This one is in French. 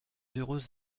heureuse